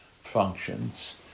functions